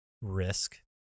risk